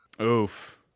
Oof